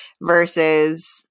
versus